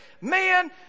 man